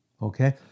Okay